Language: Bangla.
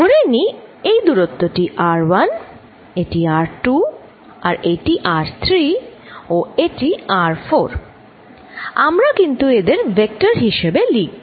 ধরে নিই এই দূরত্ব টি r1 এটি r2 আর এই টি r3 ও এটি r4 আমরা কিন্তু এদের ভেক্টর হিসাবে লিখব